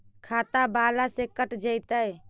खाता बाला से कट जयतैय?